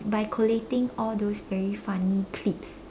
by collating all those very funny clips